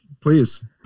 please